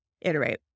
iterate